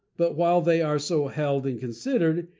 but while they are so held and considered,